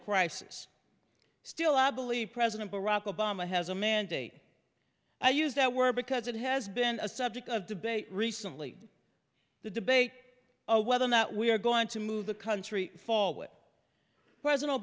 crisis still i believe president barack obama has a mandate i use that word because it has been a subject of debate recently the debate over whether or not we are going to move the country forward president